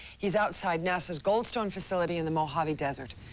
he's outside nasa's goldstone facility in the mojave desert.